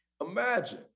imagine